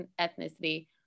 ethnicity